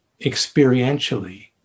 experientially